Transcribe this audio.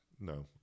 no